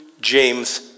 James